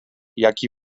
jaki